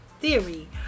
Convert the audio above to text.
theory